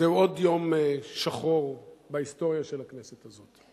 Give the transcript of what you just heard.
זהו עוד יום שחור בהיסטוריה של הכנסת הזאת.